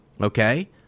okay